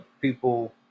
people